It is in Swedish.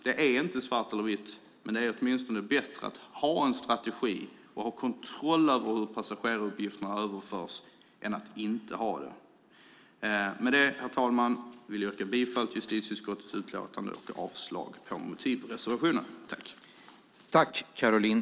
Det är inte svart eller vitt, men det är åtminstone bättre att ha en strategi och kontroll över hur passageraruppgifterna överförs än att inte ha det. Med detta, herr talman, vill jag yrka bifall till justitieutskottets förslag till beslut och avslag på motivreservationerna.